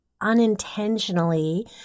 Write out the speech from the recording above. unintentionally